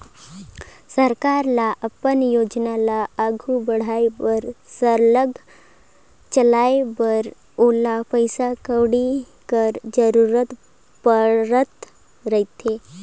सरकार ल अपन योजना ल आघु बढ़ाए बर सरलग चलाए बर ओला पइसा कउड़ी कर जरूरत परत रहथे